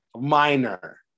Minor